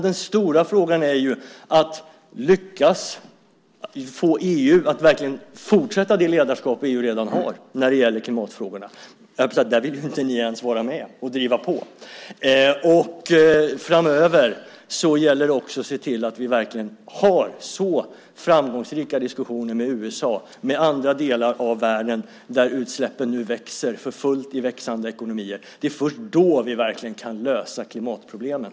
Den stora frågan är ju att lyckas få EU att fortsätta det ledarskap man redan har när det gäller klimatfrågorna. Där vill ni ju inte ens vara med och driva på. Framöver gäller det att se till att vi har framgångsrika diskussioner med USA och andra delar av världen där utsläppen ökar för fullt i växande ekonomier. Det är först då vi kan lösa klimatproblemen.